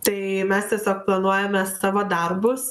tai mes tiesiog planuojame savo darbus